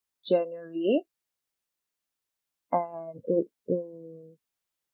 january and it is